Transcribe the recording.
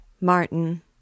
Martin